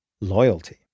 loyalty